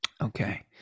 Okay